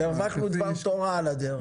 הרווחנו דבר תורה על הדרך.